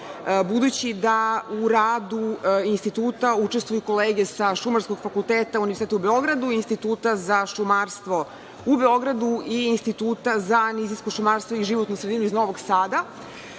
budući da u radu instituta učestvuju kolege sa Šumarskog fakulteta Univerziteta u Beogradu, Instituta za šumarstvo u Beogradu i Instituta za šumarstvo i životnu sredinu iz Novog Sada. Ono